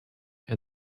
and